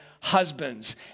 husbands